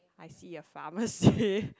I see a pharmacy